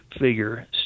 figure